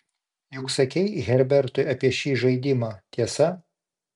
juk sakei herbertui apie šį žaidimą tiesa